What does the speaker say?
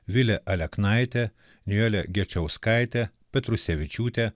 vilė aleknaitė nijolė gečiauskaitė petrusevičiūtė